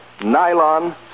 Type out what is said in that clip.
nylon